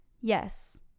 yes